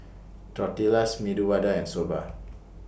Tortillas Medu Vada and Soba